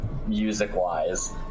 Music-wise